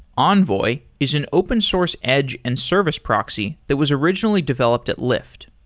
envoy is an open source edge and service proxy that was originally developed at lyft.